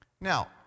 Now